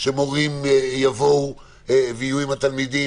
שמורים יהיו עם תלמידים,